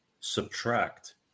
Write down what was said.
subtract